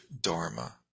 dharma